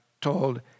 told